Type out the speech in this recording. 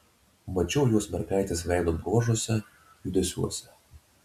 mačiau juos mergaitės veido bruožuose judesiuose